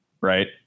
right